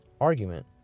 argument